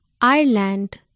Ireland